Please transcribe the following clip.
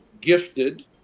gifted